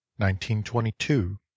1922